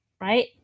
right